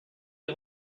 les